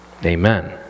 Amen